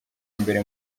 mbere